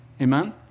Amen